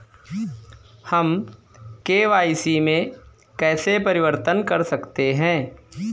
हम के.वाई.सी में कैसे परिवर्तन कर सकते हैं?